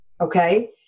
Okay